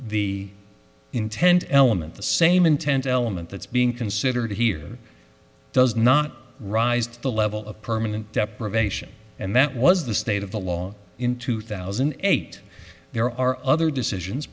the intent element the same intent element that's being considered here does not rise to the level of permanent deprivation and that was the state of the law in two thousand and eight there are other decisions